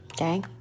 Okay